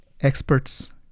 experts